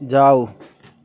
जाउ